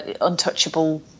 untouchable